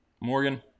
Morgan